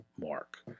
Mark